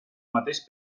mateix